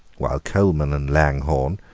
while coleman and langhorne,